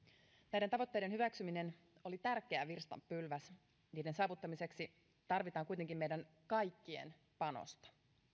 näiden tavoitteiden hyväksyminen oli tärkeä virstanpylväs niiden saavuttamiseksi tarvitaan kuitenkin meidän kaikkien panosta